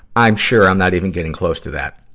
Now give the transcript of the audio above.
i'm sure i'm not even getting close to that!